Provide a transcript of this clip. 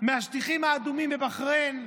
מהשטיחים האדומים בבחריין,